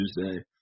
Tuesday